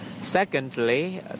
secondly